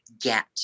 get